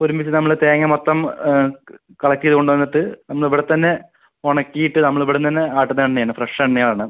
ഒരുമിച്ച് നമ്മള് തേങ്ങ മൊത്തം കളക്ട് ചെയ്ത് കൊണ്ടുവന്നിട്ട് അന്ന് ഇവിടെ തന്നെ ഉണക്കിയിട്ട് നമ്മള് ഇവിടുന്നു തന്നെ ആട്ടുന്ന എണ്ണ ആണ് ഫ്രഷ് എണ്ണ ആണ്